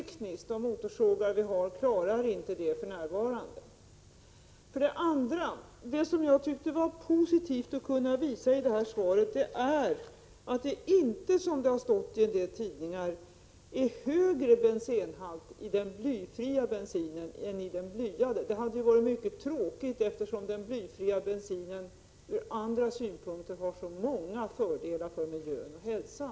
Motorsågarna klarar inte det för närvarande. Vidare tyckte jag att det kunde vara positivt att i svaret visa på att den blyfria bensinen inte — som man har kunnat läsa i en del tidningar — har en högre bensenhalt än den blyade bensinen. Det hade ju i så fall varit mycket tråkigt, eftersom den blyfria bensinen ur andra synpunkter har så många fördelar när det gäller miljö och hälsa.